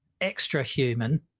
extra-human